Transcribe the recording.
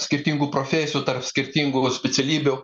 skirtingų profesijų tarp skirtingų specialybių